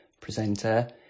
presenter